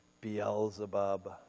Beelzebub